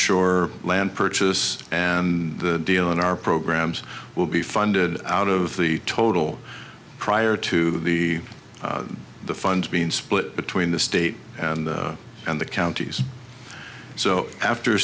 shore land purchase and deal in our programs will be funded out of the total prior to the the funds being split between the state and and the counties so after